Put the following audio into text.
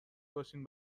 باشین